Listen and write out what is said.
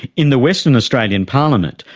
in the western australian parliament,